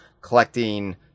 collecting